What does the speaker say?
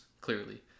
clearly